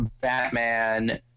Batman